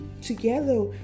together